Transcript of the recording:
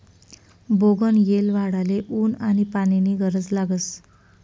बोगनयेल वाढाले ऊन आनी पानी नी गरज लागस